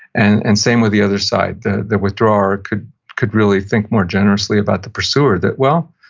and and same with the other side, the the withdrawer could could really think more generously about the pursuer that well,